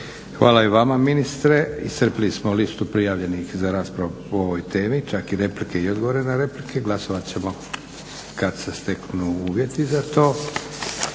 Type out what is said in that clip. Hvala i vama ministre. Iscrpili smo listu prijavljenih za raspravu po ovoj temi, čak i replike i odgovore na replike. Glasovat ćemo kad se steknu uvjeti za to.